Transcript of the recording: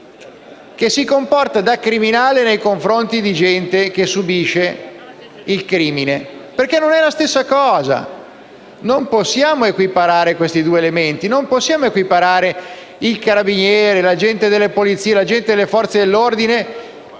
che si comporta come tale nei confronti di gente che subisce il crimine. Non è la stessa cosa. Non possiamo equiparare questi due elementi. Non possiamo equiparare il carabiniere, l'agente di polizia, un rappresentante delle Forze dell'ordine